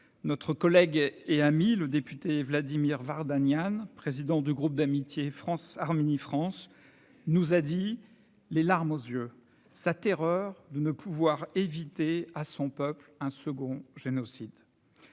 notre collègue et ami le député Vladimir Vardanyan, président du groupe d'amitié Arménie-France, nous a dit, les larmes aux yeux, sa terreur de ne pouvoir éviter à son peuple un second génocide.